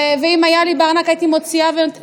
ואם היה לי בארנק הייתי מוציאה ונותנת.